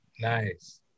Nice